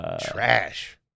Trash